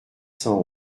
cent